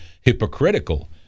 hypocritical